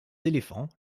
éléphants